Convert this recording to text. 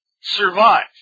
survive